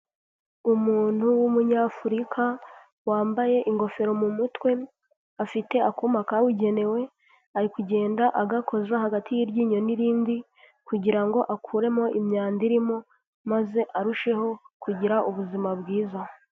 Umuntu w'Umunyafurika wambaye ingofero mu mutwe, afite akuma kabugenewe ari kugenda agakoza hagati y'iryinyo n'irindi, kugira ngo akuremo imyanda irimo maze arusheho kugira ubuzima bwiza.